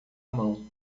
mão